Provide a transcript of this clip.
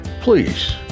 please